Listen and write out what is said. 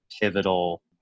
pivotal